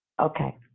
Okay